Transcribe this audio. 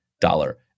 dollar